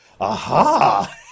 aha